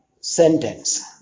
sentence